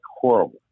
horrible